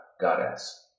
goddess